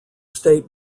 state